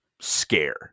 scare